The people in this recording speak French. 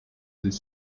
des